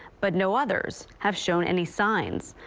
but no others have shown any signs.